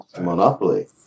Monopoly